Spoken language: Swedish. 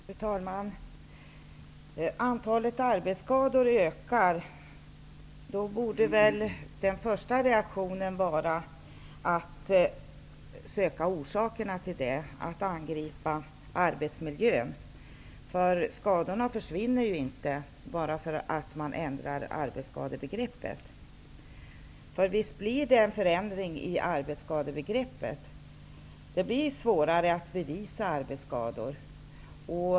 Fru talman! Antalet arbetsskador ökar. Den första reaktionen borde då vara att söka orsaken till detta och att angripa arbetsmiljön. Skadorna upphör ju inte bara för att man ändrar arbetsskadebegreppet. Det blir en förändrig av arbetsskadebegreppet, vilket gör att det blir svårare att bevisa arbetsskador.